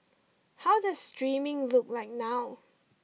how does streaming look like now